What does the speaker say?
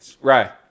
Right